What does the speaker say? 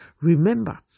remember